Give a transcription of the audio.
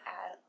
add